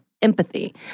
Empathy